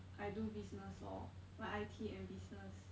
I do business lor like I_T and business